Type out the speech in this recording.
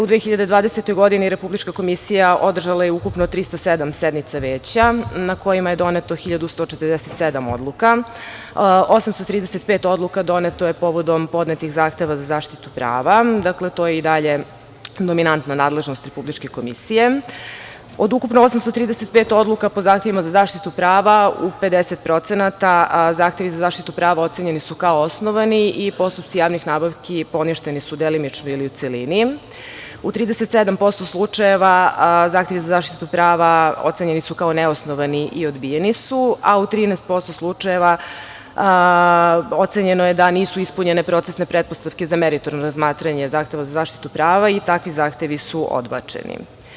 U 2020. godini Republička komisija održala je ukupno 307 sednica veća, na kojima je doneto 1147 odluka, 835 odluka doneto je povodom podnetih zahteva za zaštitu prava, to je i dalje dominantna nadležnost Republičke komisije, od ukupno 835 odluka, po zahtevima za zaštitu prava, u 50% zahtevi za zaštitu prava ocenjeni su, kao osnovani i postupci javnih nabavki poništeni su delimično ili u celini, u 37% slučajeva zahtevi za zaštitu prava ocenjeni su, kao neosnovani i odbijeni su, a u 13% slučajeva ocenjeno je da nisu ispunjene procesne pretpostavke za meritorno razmatranje zahteva za zaštitu prava i takvi zahtevi su odbačeni.